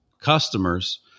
customers